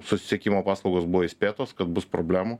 susisiekimo paslaugos buvo įspėtos kad bus problemų